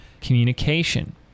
communication